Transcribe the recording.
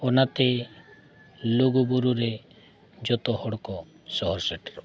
ᱚᱱᱟᱛᱮ ᱞᱩᱜᱩ ᱵᱩᱨᱩ ᱨᱮ ᱡᱷᱚᱛᱚ ᱦᱚᱲ ᱠᱚ ᱥᱚᱦᱚᱨ ᱥᱮᱴᱮᱨᱚᱜᱼᱟ